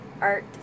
art